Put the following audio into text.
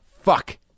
Fuck